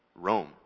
Rome